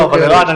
ערן,